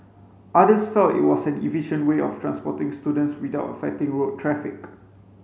others felt it was an efficient way of transporting students without affecting road traffic